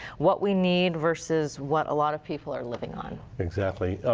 what we need versus what a lot of people are living on. exactly.